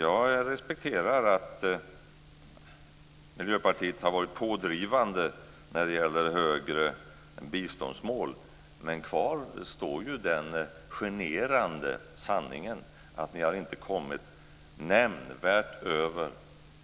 Jag respekterar att Miljöpartiet har varit pådrivande för högre biståndsmål, men kvar står den generande sanningen: Ni har inte kommit nämnvärt över